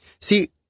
See